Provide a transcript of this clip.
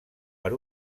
per